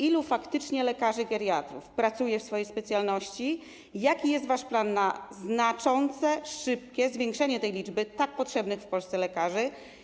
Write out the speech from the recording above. Ilu faktycznie lekarzy geriatrów pracuje w swojej specjalności i jaki jest wasz plan na znaczące, szybkie zwiększenie liczby tak potrzebnych w Polsce lekarzy?